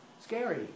scary